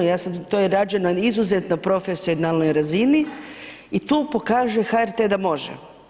Ja sam, to je rađeno na izuzetno profesionalnoj razini i tu pokaže HRT-e da može.